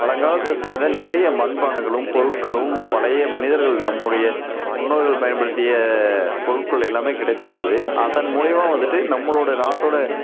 பழங்காலத்தை சேர்ந்த நிறைய மண்பாண்டங்களும் பொருட்களும் பழைய மனிதர்கள் நம்மோடைய முன்னோர்கள் பயன்படுத்திய பொருட்கள் எல்லாமே கிடைச்சிருக்குது அதன் மூலியமாக வந்துவிட்டு நம்மளோட நாட்டோட